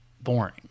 boring